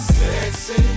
sexy